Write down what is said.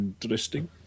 Interesting